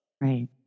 right